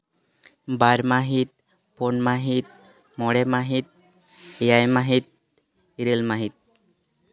ᱵᱟᱨ ᱢᱟᱹᱦᱤᱛ ᱯᱩᱱ ᱢᱟᱹᱦᱤᱛ ᱢᱚᱬᱮ ᱢᱟᱹᱦᱤᱛ ᱮᱭᱟᱭ ᱢᱟᱹᱦᱤᱛ ᱤᱨᱟᱹᱞ ᱢᱟᱹᱦᱤᱛ